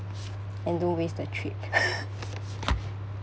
and don't waste the trip